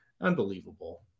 Unbelievable